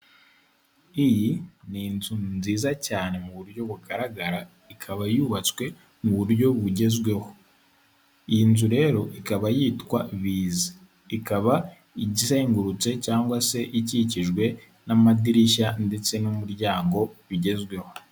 Iyi ni inzu nziza cyane mu buryo bugaragara, ikaba yubatswe mu buryo bugezweho. Iyi nzu rero ikaba yitwa Biza. Ikaba izengurutse cyangwa se ikikijwe n'amadirishya ndetse n'umuryango bigezweho.